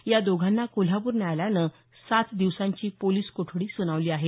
या दोघांना कोल्हापूर न्यायालयानं सात दिवसांची पोलिस कोठडी सुनावली आहे